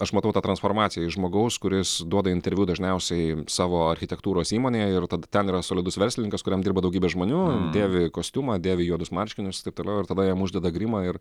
aš matau tą transformaciją iš žmogaus kuris duoda interviu dažniausiai savo architektūros įmonėj ir tad ten yra solidus verslininkas kuriam dirba daugybė žmonių dėvi kostiumą dėvi juodus marškinius taip toliau ir tada jam uždeda grimą ir